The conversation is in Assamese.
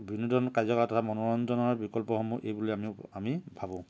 বিনোদন কাৰ্যকলাপ তথা মনোৰঞ্জনৰ বিকল্পসমূহ এই বুলি আমি আমি ভাবোঁ